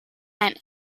ein